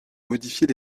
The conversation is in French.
modifier